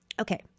Okay